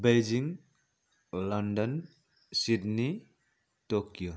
Beijing London Sydney Tokyo